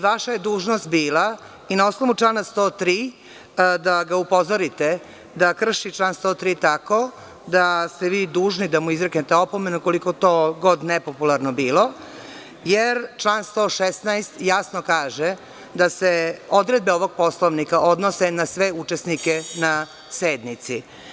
Vaša je dužnost bila i na osnovu člana 103. da ga upozorite da krši član 103. tako da ste vi dužni da mu izreknete opomenu, koliko god to nepopularno bilo, jer član 116. jasno kaže da se odredbe ovog Poslovnika odnose na sve učesnike na sednici.